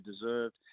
deserved